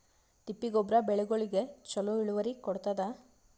ತಿಪ್ಪಿ ಗೊಬ್ಬರ ಬೆಳಿಗೋಳಿಗಿ ಚಲೋ ಇಳುವರಿ ಕೊಡತಾದ?